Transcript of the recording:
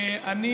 אני